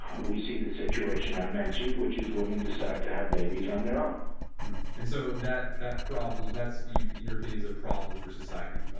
we see the situation i mentioned, which is women decide to have babies on their own and so, that that problem that's in your opinion is a problem for society,